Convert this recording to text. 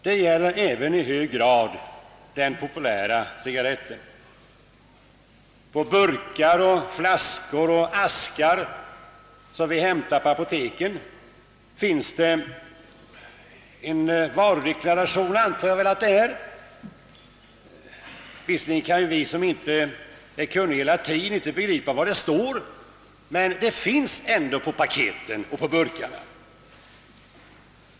Det behöver även i hög grad den populära cigarretten. På burkar, flaskor och askar som vi hämtar på apoteket finns det varudeklaration — visserligen kan vi som inte är kunniga i latin inte begripa vad det står på dem, men de finns ändå där.